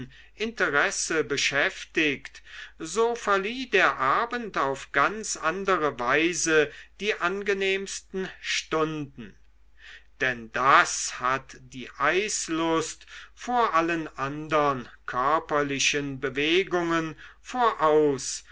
interesse beschäftigt so verlieh der abend auf ganz andere weise die angenehmsten stunden denn das hat die eislust vor allen andern körperlichen bewegungen voraus